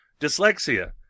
dyslexia